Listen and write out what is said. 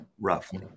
roughly